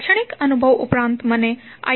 શૈક્ષણિક અનુભવ ઉપરાંત મને આઈ